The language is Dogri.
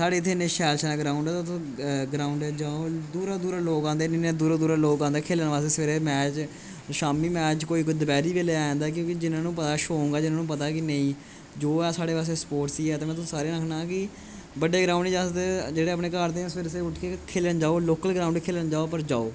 साढ़े इत्थे इ'न्ने शैल शैल ग्रोउड न ग्रोउड ओ दूरां दूरां लोक आंदे न खेलन वास्ते मैच शामीं मैच कोई कोई दपैह्री बेल्ले आई जंदा क्योंकि जिनू बड़ा शौंक ऐ नेई दूआ साढ़े वास्ते स्पोर्टस नेईं ऐ ते में सारेंगी आखना कि बड़े ग्रोउड च अस लोकल ग्रोउड च खेलन जाओ